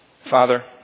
Father